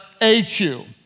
AQ